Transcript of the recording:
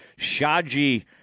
Shaji